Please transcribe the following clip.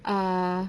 ah